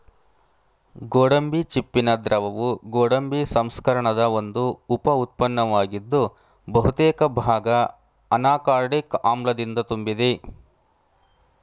ಗೋಡಂಬಿ ಚಿಪ್ಪಿನ ದ್ರವವು ಗೋಡಂಬಿ ಸಂಸ್ಕರಣದ ಒಂದು ಉಪ ಉತ್ಪನ್ನವಾಗಿದ್ದು ಬಹುತೇಕ ಭಾಗ ಅನಾಕಾರ್ಡಿಕ್ ಆಮ್ಲದಿಂದ ತುಂಬಿದೆ